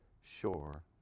sure